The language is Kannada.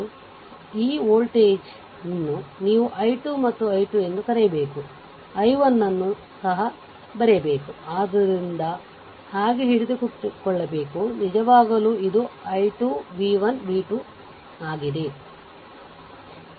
ಆದ್ದರಿಂದ ಈ ವೋಲ್ಟೇಜ್ ಇದನ್ನು ನೀವುi 2 ಮತ್ತು i 2 ಎಂದು ಬರೆಯಬೇಕು ಮತ್ತು i 1 ಅನ್ನು ಸಹ ಬರೆಯಬೇಕು ಆದ್ದರಿಂದ ಇದು ಹಾಗೆ ಹಿಡಿದಿಟ್ಟುಕೊಳ್ಳುಬೇಕು ನಿಜವಾಗಲೂ ಇದು i 2 v 1 v 2 ಆಗಿದೆ